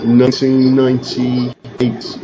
1998